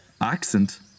Accent